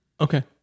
Okay